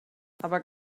aber